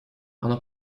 она